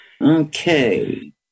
Okay